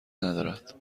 ندارد